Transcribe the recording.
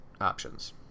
options